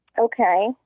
okay